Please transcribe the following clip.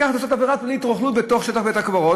לקחת ולעשות עבירה פלילית של רוכלות בתוך שטח בית-הקברות.